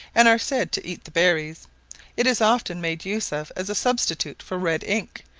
and are said to eat the berries it is often made use of as a substitute for red ink,